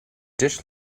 dish